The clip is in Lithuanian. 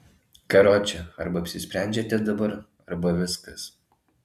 karoče arba apsisprendžiate dabar arba viskas